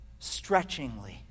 stretchingly